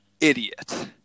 idiot